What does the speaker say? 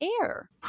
Air